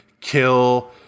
kill